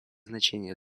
значение